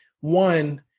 One